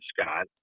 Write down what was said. Scott